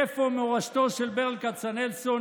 איפה מורשתו של ברל כצנלסון,